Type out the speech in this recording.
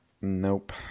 Nope